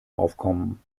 aufkommen